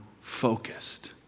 focused